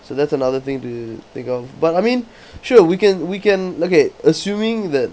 so that's another thing to think of but I mean sure we can we can okay assuming that